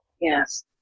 Yes